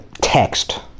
text